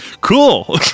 cool